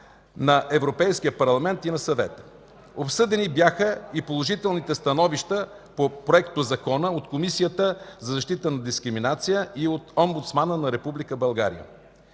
на Европейския парламент и на Съвета. Обсъдени бяха и положителните становища по проектозакона от Комисията за защита от дискриминация и от Омбудсмана на